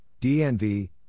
DNV